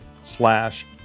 slash